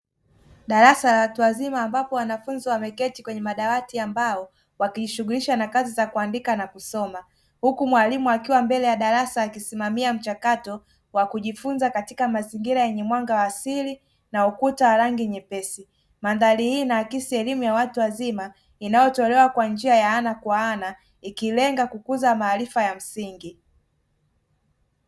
Darasa la watu wazima, ambapo wanafunzi wameketi kwenye madawati ya mbao, wakijishughulisha na kazi za kuandika na kusoma. Huku mwalimu akiwa mbele ya darasa, akisimamia mchakato wa kujifunza, katika mazingira yenye mwanga wa asili na ukuta wa rangi nyepesi. Mandhari hii inaakisi elimu ya watu wazima, inayotolewa kwa njia ya ana kwa ana, ikilenga kukuza maarifa ya msingi.